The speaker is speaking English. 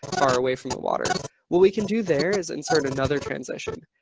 far away from the water. what we can do there is insert another transition.